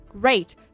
great